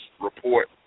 report